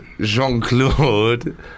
Jean-Claude